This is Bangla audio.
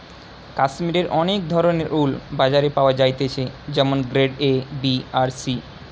কাশ্মীরের অনেক ধরণের উল বাজারে পাওয়া যাইতেছে যেমন গ্রেড এ, বি আর সি